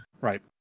Right